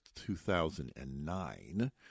2009